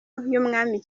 y’umwami